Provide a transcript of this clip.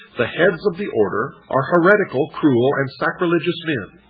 the heads of the order are heretical, cruel and sacrilegious men.